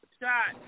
shot